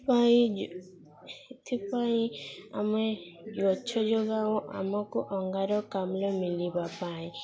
ଏଥିପାଇଁ ଏଥିପାଇଁ ଆମେ ଗଛ ଯୋଗାଉଁ ଆମକୁ ଅଙ୍ଗାରକାମ୍ଳ ମିଲିବା ପାଇଁ